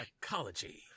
psychology